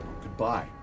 Goodbye